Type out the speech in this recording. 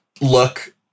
look